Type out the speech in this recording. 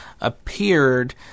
appeared